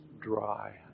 dry